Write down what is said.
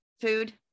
food